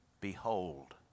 behold